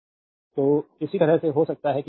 slide time देखें 0925 तो इसी तरह हो सकता है